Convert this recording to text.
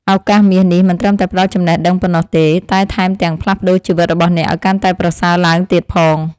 ឱកាសមាសនេះមិនត្រឹមតែផ្តល់ចំណេះដឹងប៉ុណ្ណោះទេតែថែមទាំងផ្លាស់ប្តូរជីវិតរបស់អ្នកឱ្យកាន់តែប្រសើរឡើងទៀតផង។